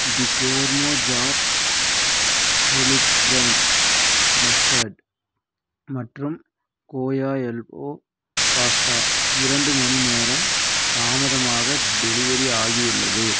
தி gourmet jar wholegrain mustard மற்றும் Goya elbow pasta இரண்டு மணிநேரம் தாமதமாக டெலிவரி ஆகியுள்ளது